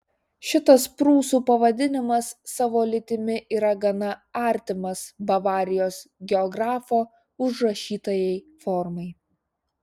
šitas prūsų pavadinimas savo lytimi yra gana artimas bavarijos geografo užrašytajai formai